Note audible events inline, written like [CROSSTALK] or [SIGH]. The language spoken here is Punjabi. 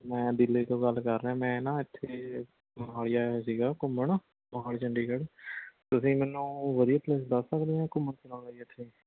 ਮੈਂ ਦਿੱਲੀ ਤੋਂ ਗੱਲ ਕਰ ਰਿਹਾ ਮੈਂ ਨਾ ਐਕਚੁਅਲੀ ਮੋਹਾਲੀ ਆਇਆ ਹੋਇਆ ਸੀਗਾ ਘੁੰਮਣ ਮੋਹਾਲੀ ਚੰਡੀਗੜ੍ਹ ਤੁਸੀਂ ਮੈਨੂੰ ਵਧੀਆ ਪਲੇਸ ਦੱਸ ਸਕਦੇ ਹੋ ਘੁੰਮਣ [UNINTELLIGIBLE] ਦਾ ਜੀ ਇੱਥੇ